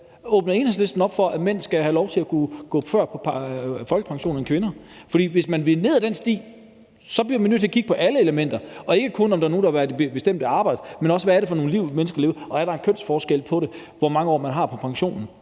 Åbner Enhedslisten op for, at mænd skal have lov til at gå før på folkepension end kvinder? For hvis man vil ned ad den sti, bliver man nødt til at kigge på alle elementer og ikke kun, om der er nogle, der har haft et bestemt arbejde, men også, hvad det er for nogle liv, mennesker lever, og om der er en kønsforskel på, hvor mange år man har på pension,